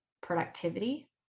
productivity